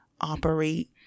operate